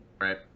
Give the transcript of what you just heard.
Right